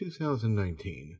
2019